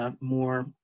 more